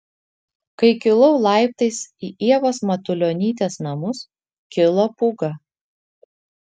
kai kilau laiptais į ievos matulionytės namus kilo pūga